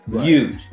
huge